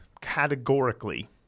categorically